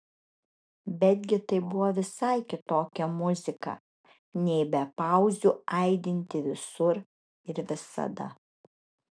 betgi tai buvo visai kitokia muzika nei be pauzių aidinti visur ir visada